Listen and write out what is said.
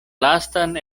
lastan